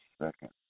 second